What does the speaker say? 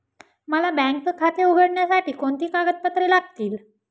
मला बँक खाते उघडण्यासाठी कोणती कागदपत्रे लागतील?